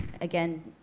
again